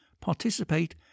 participate